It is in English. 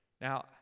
Now